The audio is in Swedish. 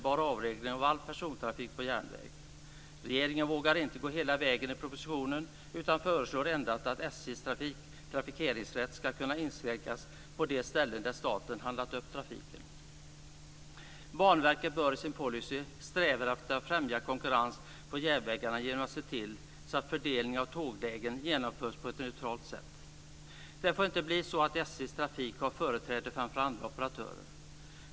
Banverket bör i sin policy sträva efter att främja konkurrens på järnvägarna genom att se till att fördelning av tåglägen genomförs på ett neutralt sätt. Det får inte bli så att SJ:s trafik har företräde framför andra operatörer.